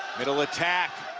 middle attack.